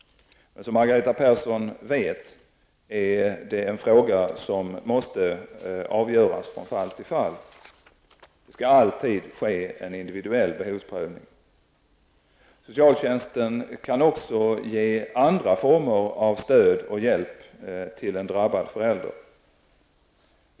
Men som Margareta Persson vet är det en fråga som måste avgöras från fall till fall. Det skall alltid ske en individuell behovsprövning. Socialtjänsten kan också ge andra former av stöd och hjälp till en drabbad förälder.